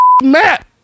map